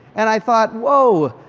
and i thought whoa,